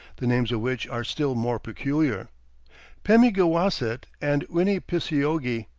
the names of which are still more peculiar pemigewasset and winnepiseogee.